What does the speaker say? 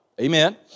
Amen